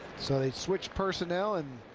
so they switched personnel and